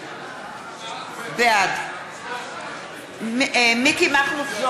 בעד מכלוף מיקי